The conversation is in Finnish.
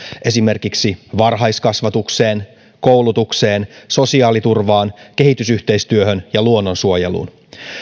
esimerkiksi varhaiskasvatukseen koulutukseen sosiaaliturvaan kehitysyhteistyöhön ja luonnonsuojeluun